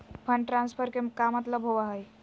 Fund transfer के का मतलब होव हई?